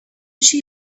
she